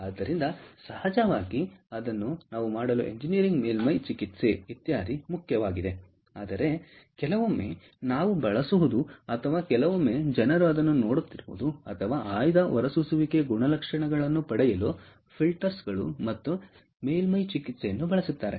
ಆದ್ದರಿಂದ ಸಹಜವಾಗಿ ಅದನ್ನು ಮಾಡಲು ಎಂಜಿನಿಯರಿಂಗ್ ಮೇಲ್ಮೈ ಚಿಕಿತ್ಸೆ ಇತ್ಯಾದಿ ಮುಖ್ಯವಾಗಿದೆ ಆದರೆ ಕೆಲವೊಮ್ಮೆ ನಾವು ಬಳಸುವುದು ಅಥವಾ ಕೆಲವೊಮ್ಮೆ ಜನರು ಅದನ್ನು ನೋಡುತ್ತಿದ್ದಾರೆ ಅಥವಾ ಆಯ್ದ ಹೊರಸೂಸುವಿಕೆ ಗುಣಲಕ್ಷಣಗಳನ್ನು ಪಡೆಯಲು ಫಿಲ್ಟರ್ಗಳು ಮತ್ತು ಮೇಲ್ಮೈ ಚಿಕಿತ್ಸೆಯನ್ನು ಬಳಸುತ್ತಾರೆ